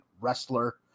wrestler